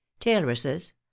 tailresses